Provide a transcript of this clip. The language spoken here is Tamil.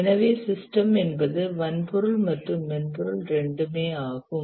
எனவே சிஸ்டம் என்பது வன்பொருள் மற்றும் மென்பொருள் இரண்டுமே ஆகும்